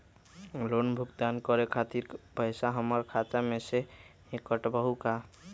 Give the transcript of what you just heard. Loan भुगतान करे के खातिर पैसा हमर खाता में से ही काटबहु का?